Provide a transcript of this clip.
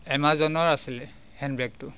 এমাজনৰ আছিলে হেণ্ডবেগটো